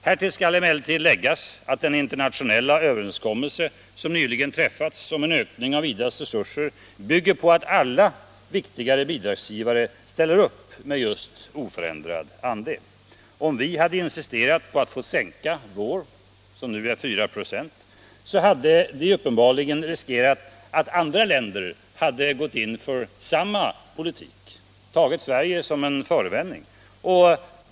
Härtill skall emellertid läggas att den internationella överenskommelse som nyligen träffats om en ökning av IDA:s resurser bygger på att alla viktigare bidragsgivare ställer upp med oförändrad andel. Om vi hade insisterat på att få sänka Sveriges andel, som nu är 4 96, hade vi uppenbarligen riskerat att andra länder tagit Sveriges exempel som förevändning för att gå in för samma politik.